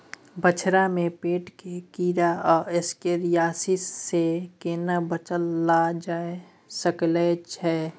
बछरा में पेट के कीरा आ एस्केरियासिस से केना बच ल जा सकलय है?